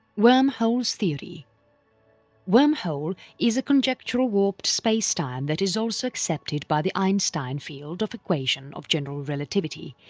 wormholes theory wormhole is a conjectural warped spacetime that is also accepted by the einstein field of equation of general relativity,